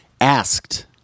asked